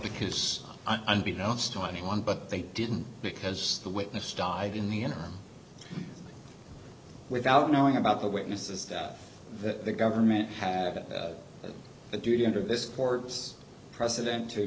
because unbeknownst to anyone but they didn't because the witness died in the interim without knowing about the witnesses that the government had a duty under this court's precedent to